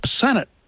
Senate